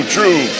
True